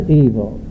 evil